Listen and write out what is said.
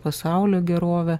pasaulio gerovę